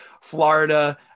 Florida